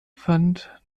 fand